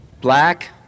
black